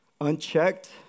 unchecked